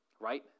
right